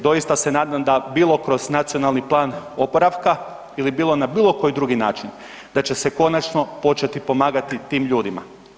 Doista se nadam da bilo kroz nacionalni plan oporavka ili bilo na bilokoji drugi način, da će se konačno početi pomagati tim ljudima.